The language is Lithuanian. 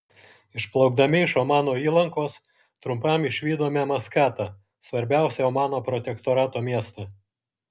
išplaukdami iš omano įlankos trumpam išvydome maskatą svarbiausią omano protektorato miestą